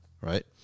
Right